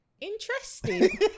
interesting